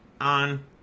on